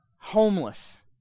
homeless